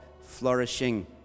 flourishing